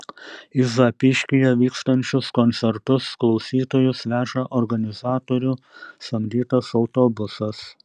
į zapyškyje vykstančius koncertus klausytojus veža organizatorių samdytas autobusas